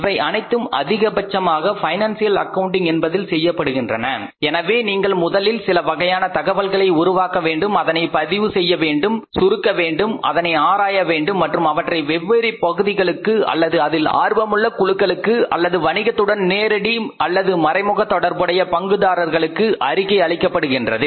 இவை அனைத்தும் அதிகபட்சமாக பைனான்சியல் அக்கவுண்டிங் என்பதில் செய்யப்படுகின்றன எனவே நீங்கள் முதலில் சில வகையான தகவல்களை உருவாக்க வேண்டும் அதனை பதிவு செய்ய வேண்டும் சுருக்க வேண்டும் அதனை ஆராய வேண்டும் மற்றும் அவற்றை வெவ்வேறு பகுதிகளுக்கு அல்லது அதில் ஆர்வமுள்ள குழுக்களுக்கு அல்லது வணிகத்துடன் நேரடி அல்லது மறைமுக தொடர்புடைய பங்குதாரர்களுக்கு அறிக்கை அளிக்கப்படுகின்றது